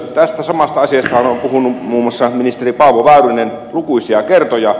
tästä samasta asiastahan on puhunut muun muassa ministeri paavo väyrynen lukuisia kertoja